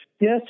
yes